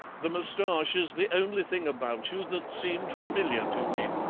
the moustache is the only thing about you that seemed familiar to me.